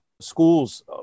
Schools